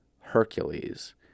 Hercules